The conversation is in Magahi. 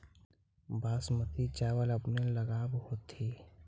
बासमती चाबल अपने ऊगाब होथिं?